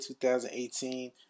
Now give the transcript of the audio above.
2018